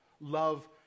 Love